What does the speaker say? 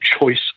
choice